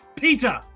Peter